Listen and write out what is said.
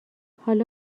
حالا